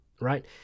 Right